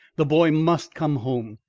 the boy must come home.